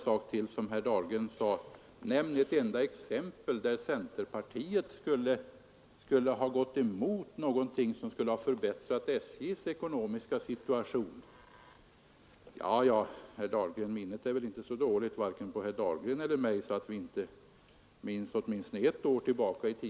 Om 14 dagar skall vi på nytt ta upp samma förslag som vi behandlade före jul i fjol.